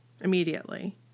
immediately